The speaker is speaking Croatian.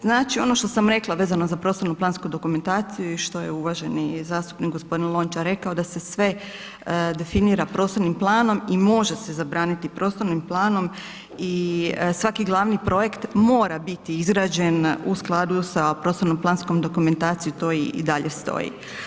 Znači, ono što sam rekla vezano za prostorno-plansku dokumentaciju i što je uvaženi zastupnik Lončar rekao da se sve definira prostornim planom i može se zabraniti prostornim planom i svaki glavni projekt mora biti izrađen u skladu sa prostorno planskom-dokumentacijom, to i dalje stoji.